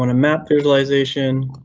map visualization.